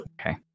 Okay